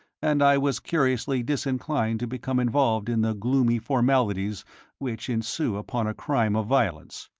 and i was curiously disinclined to become involved in the gloomy formalities which ensue upon a crime of violence.